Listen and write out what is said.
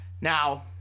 Now